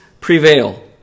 prevail